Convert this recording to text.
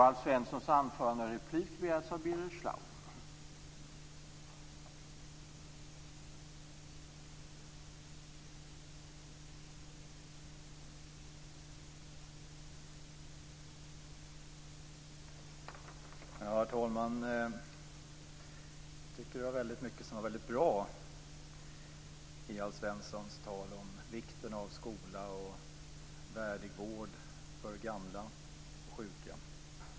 Herr talman! Jag tycker att väldigt mycket var väldigt bra i Alf Svenssons tal om vikten av skola och en värdig vård för gamla och sjuka.